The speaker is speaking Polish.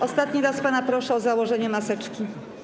Ostatni raz pana proszę o założenie maseczki.